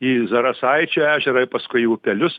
į zarasaičio ežerą ir paskui į upelius